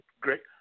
Great